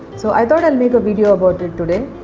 so i thought i'll make a video about it today.